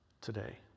today